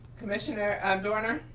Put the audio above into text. commissioner um doerner.